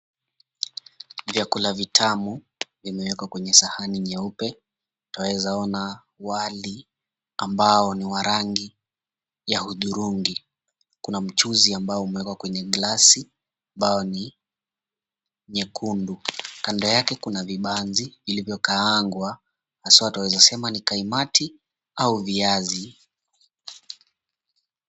Vyakula vitamu vimewekwa kwenye sahani nyeupe. Twaweza ona wali ambao ni wa rangi ya hudhurungi. Kuna mchuzi ambao umewekwa kwenye glasi ambao ni nyekundu. Kando yake kuna vibanzi vilivyokaangwa, haswa twaweza sema ni kaimati au viazi.